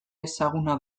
ezaguna